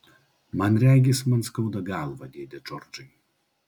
man regis man skauda galvą dėde džordžai